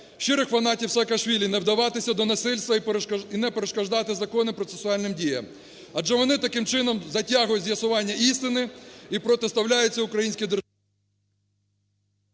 щирих фанатів Саакашвілі не вдаватися до насильства і не перешкоджати законним процесуальним діям, адже вони таким чином затягують з'ясування істини і протиставляються українській державі...